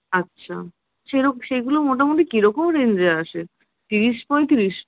আচ্ছা সে সেগুলো মোটামুটি কি রকম রেঞ্জে আসে ত্রিশ পঁয়ত্রিশ